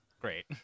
Great